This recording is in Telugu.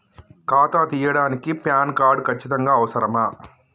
ఖాతా తీయడానికి ప్యాన్ కార్డు ఖచ్చితంగా అవసరమా?